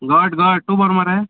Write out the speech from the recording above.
घट घट तूं बरो मरे